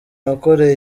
yakoreye